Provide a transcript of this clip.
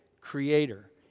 Creator